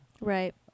right